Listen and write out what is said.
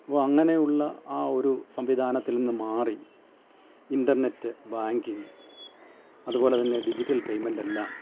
അപ്പോൾ അങ്ങനെയുള്ള ആ ഒരു സംവിധാനത്തിൽ നിന്ന് മാറി ഇൻറ്റർനെറ്റ് ബാങ്കിങ്ങ് അത്പോലെ തന്നെ ഡിജിറ്റൽ പേയ്മെൻറ്റെല്ലാം